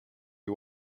you